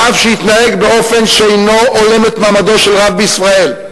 רב שהתנהג באופן שאינו הולם את מעמדו של רב בישראל.